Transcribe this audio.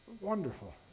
wonderful